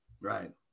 Right